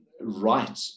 right